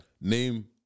Name